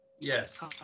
Yes